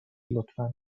لطفا